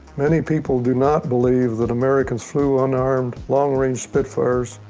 many people do not believe that americans flew un-armed, long-range spitfires.